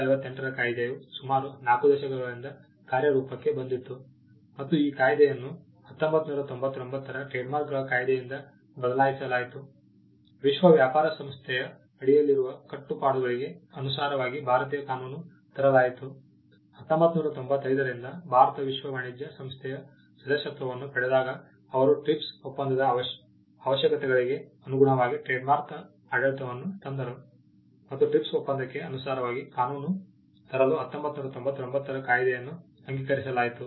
1958 ರ ಕಾಯಿದೆಯು ಸುಮಾರು 4 ದಶಕಗಳಿಂದ ಕಾರ್ಯರೂಪಕ್ಕೆ ಬಂದಿತು ಮತ್ತು ಈ ಕಾಯ್ದೆಯನ್ನು 1999 ರ ಟ್ರೇಡ್ಮಾರ್ಕ್ಗಳ ಕಾಯ್ದೆಯಿಂದ ಬದಲಾಯಿಸಲಾಯಿತು ವಿಶ್ವ ವ್ಯಾಪಾರ ಸಂಸ್ಥೆಯ ಅಡಿಯಲ್ಲಿರುವ ಕಟ್ಟುಪಾಡುಗಳಿಗೆ ಅನುಸಾರವಾಗಿ ಭಾರತೀಯ ಕಾನೂನನ್ನು ತರಲಾಯಿತು 1995 ರಿಂದ ಭಾರತ ವಿಶ್ವ ವಾಣಿಜ್ಯ ಸಂಸ್ಥೆಯ ಸದಸ್ಯತ್ವವನ್ನು ಪಡೆದಾಗಅವರು ಟ್ರಿಪ್ಸ್ ಒಪ್ಪಂದದ ಅವಶ್ಯಕತೆಗಳಿಗೆ ಅನುಗುಣವಾಗಿ ಟ್ರೇಡ್ ಮಾರ್ಕ್ ಆಡಳಿತವನ್ನು ತಂದರು ಮತ್ತು ಟ್ರಿಪ್ಸ್ ಒಪ್ಪಂದಕ್ಕೆ ಅನುಸಾರವಾಗಿ ಕಾನೂನನ್ನು ತರಲು 1999 ರ ಕಾಯಿದೆಯನ್ನು ಅಂಗೀಕರಿಸಲಾಯಿತು